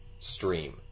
stream